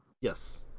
Yes